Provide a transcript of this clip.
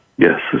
Yes